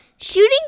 Shooting